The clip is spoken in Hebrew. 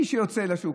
מי שיוצא לשוק,